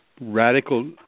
radical